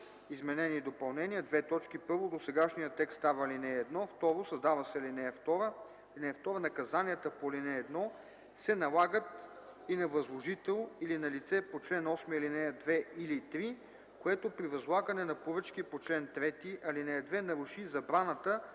изменения и допълнения: